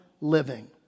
living